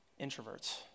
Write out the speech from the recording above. Introverts